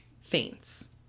faints